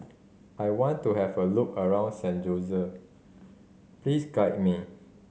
I want to have a look around San Jose please guide me